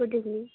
good evening